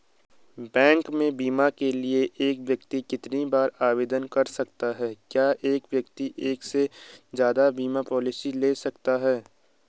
Bank में बीमे के लिए एक व्यक्ति कितनी बार आवेदन कर सकता है क्या एक व्यक्ति एक से ज़्यादा बीमा पॉलिसी ले सकता है?